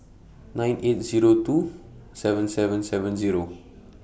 nine eight Zero two seven seven seven Zero